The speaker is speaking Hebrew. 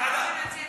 מבקשים ועדה.